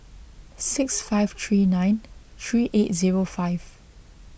six five three nine three eight zero five